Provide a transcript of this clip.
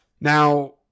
Now